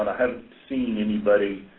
i haven't seen anybody